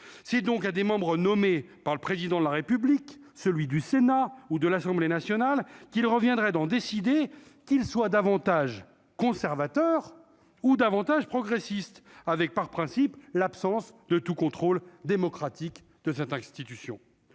si donc à des membres nommés par le président de la République, celui du Sénat ou de l'Assemblée nationale qu'il reviendrait d'en décider, qu'ils soient davantage conservateur ou davantage progressiste avec par principe, l'absence de tout contrôle démocratique de cette institution,